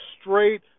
straight –